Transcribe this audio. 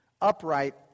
upright